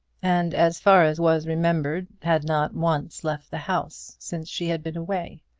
and as far as was remembered, had not once left the house since she had been away.